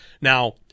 Now